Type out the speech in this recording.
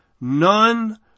none